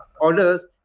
orders